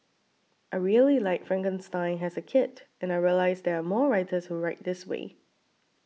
I really liked Frankenstein as a kid and I realised there are more writers who write this way